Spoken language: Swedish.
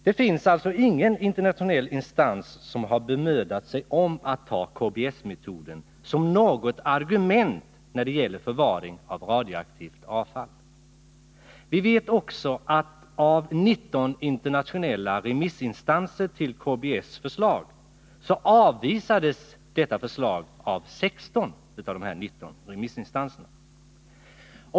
Det finns ingen internationell instans som har bemödat sig om att ta KBS-metoden som något argument när det gäller förvaring av radioaktivt avfall. Vi vet också att av 19 internationella remissinstanser avvisade 16 KBS förslag.